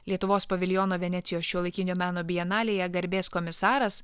lietuvos paviljono venecijos šiuolaikinio meno bienalėje garbės komisaras